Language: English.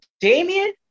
Damien